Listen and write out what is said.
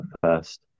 first